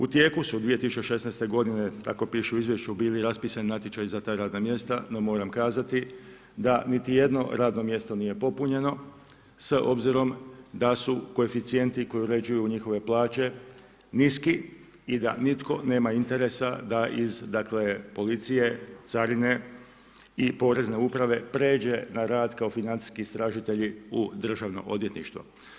U tijeku su 2016. godine, tako piše u izvješću bili raspisani natječaji za ta radna mjesta no moram kazati da niti jedno radno mjesto nije popunjeno s obzirom da su koeficijenti koji uređuju njihove plaće niski i da nitko nema interesa da iz policije, carine i porezne uprave pređe na rad kao financijski istražitelji u Državno odvjetništvo.